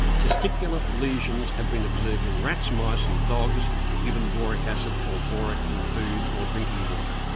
testicular lesions have been observed in rats, mice and dogs given boric acid or boric in food or drinking water.